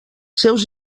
seus